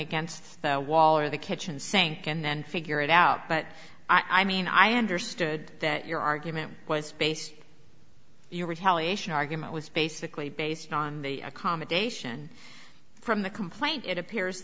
against the wall or the kitchen sink and then figure it out but i mean i understood that your argument was base your retaliation argument was basically based on the accommodation from the complaint it appears